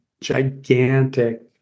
gigantic